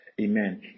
Amen